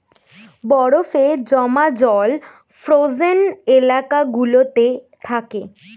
বরফে জমা জল ফ্রোজেন এলাকা গুলোতে থাকে